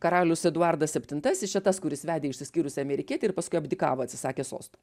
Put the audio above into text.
karalius eduardas septintasis čia tas kuris vedė išsiskyrusią amerikietę ir paskui abdikavo atsisakė sosto